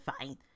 fine